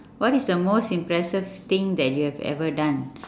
what is the most impressive thing that you have ever done